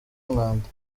umwanda